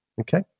Okay